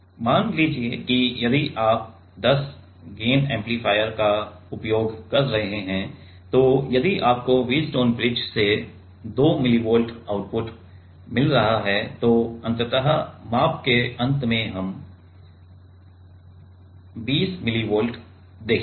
मान लीजिए कि यदि आप 10 गेन एम्पलीफायर का उपयोग कर रहे हैं तो यदि आपको व्हीटस्टोन ब्रिज से 2 मिलीवोल्ट आउटपुट मिल रहा है तो अंततः माप के अंत में हम 20 मिलीवोल्ट देखेंगे